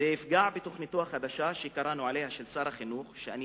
זה יפגע גם בתוכניתו החדשה של שר החינוך שקראנו עליה,